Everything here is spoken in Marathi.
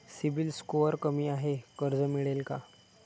सिबिल स्कोअर कमी आहे कर्ज मिळेल का?